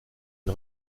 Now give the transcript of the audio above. une